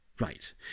Right